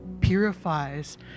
purifies